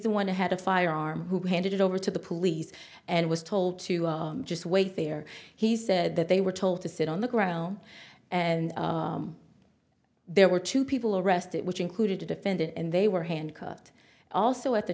the one who had a firearm who handed it over to the police and was told to just wait there he said that they were told to sit on the grow and there were two people arrested which included to defend it and they were handcuffed also at the